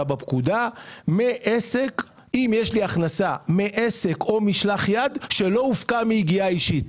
אם יש לי הכנסה מעסק או ממשלח יד "שלא הופקע מיגיעה אישית".